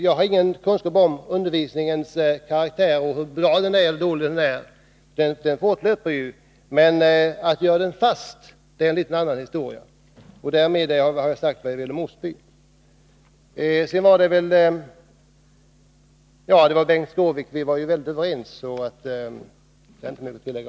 Jag har ingen kunskap om undervisningens karaktär — hur bra eller dålig den är. Utbildningen fortlöper ju, men att göra den fast är en annan historia. Därmed har jag sagt vad jag vill ha sagt om Osby samskola. Kenth Skårvik och jag var ju överens, så jag har inte mer att tillägga.